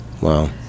Wow